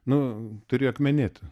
nu turi akmenėti